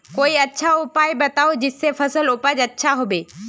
कोई अच्छा उपाय बताऊं जिससे फसल उपज अच्छा होबे